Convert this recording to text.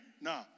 No